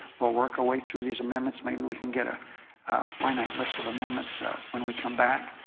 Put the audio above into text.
we'll work our way through these amendments. maybe we can get a finite list of amendments so when we come back,